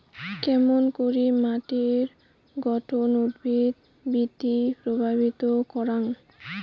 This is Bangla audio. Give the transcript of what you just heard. কেঙকরি মাটির গঠন উদ্ভিদ বৃদ্ধিত প্রভাবিত করাং?